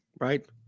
right